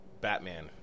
Batman